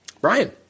Brian